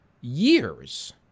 years